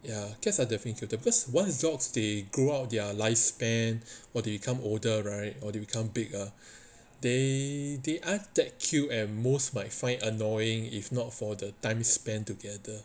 ya cats are definitely cuter because once dogs they grew out their lifespan or they become older right or they become big ah they they aren't that cute and most might find annoying if not for the time spent together